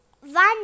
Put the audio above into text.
One